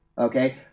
okay